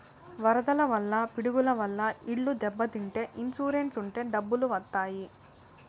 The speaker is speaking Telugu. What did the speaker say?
వరదల వల్ల పిడుగుల వల్ల ఇండ్లు దెబ్బతింటే ఇన్సూరెన్స్ ఉంటే డబ్బులు వత్తాయి